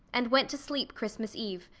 and went to sleep christmas eve,